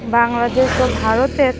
বাংলাদেশ ও ভারতের